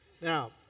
Now